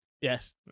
Yes